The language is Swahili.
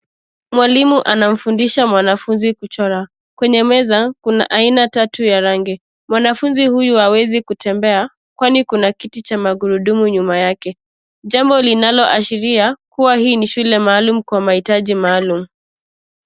Mwalimu anamfundisha mwanafunzi kuchora . Kwenye meza, kuna aina tatu ya rangi. Mwanafunzi huyu hawezi kutembea kwani kuna kiti cha magurudumu nyuma yake. Jambo linaloashiria kuwa hii ni shule maalum kwa mahitaji maalum.